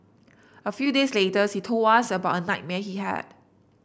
a few days later he told us about a nightmare he had